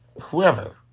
whoever